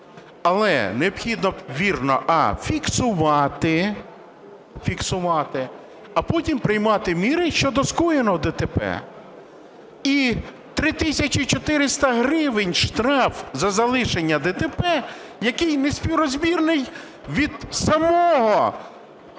Але необхідно вірно: а) фіксувати, а потім приймати міри щодо скоєного ДТП. І 3 тисячі 400 гривень штраф за залишення ДТП, який неспіврозмірний від самої